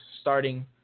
starting